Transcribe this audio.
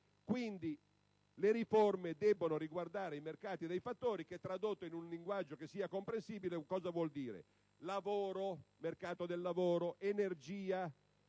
Quindi, le riforme devono riguardare i mercati dei fattori che, tradotto in linguaggio comprensibile, vuol dire lavoro, mercato del lavoro, energia,